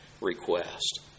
request